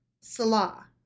Salah